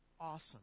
awesome